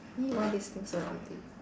!ee! why this thing so dirty